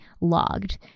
logged